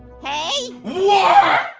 hey? what?